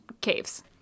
Caves